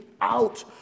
out